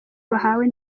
bahawe